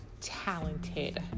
talented